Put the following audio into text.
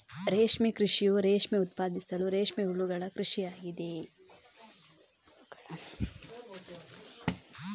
ರೇಷ್ಮೆ ಕೃಷಿಯು ರೇಷ್ಮೆ ಉತ್ಪಾದಿಸಲು ರೇಷ್ಮೆ ಹುಳುಗಳ ಕೃಷಿ ಆಗಿದೆ